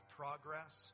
progress